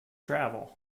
travel